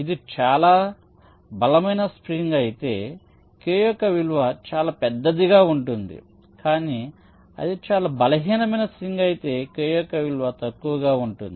ఇది చాలా బలమైన స్ప్రింగ్ అయితే k యొక్క విలువ చాలా పెద్దదిగా ఉంటుంది కానీ అది చాలా బలహీనమైన స్ప్రింగ్ అయితే k యొక్క విలువ తక్కువగా ఉంటుంది